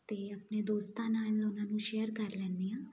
ਅਤੇ ਆਪਣੇ ਦੋਸਤਾਂ ਨਾਲ ਉਹਨਾਂ ਨੂੰ ਸ਼ੇਅਰ ਕਰ ਲੈਂਦੀ ਹਾਂ